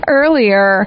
earlier